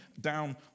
down